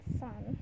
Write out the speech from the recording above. sun